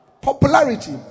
Popularity